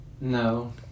No